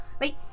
Wait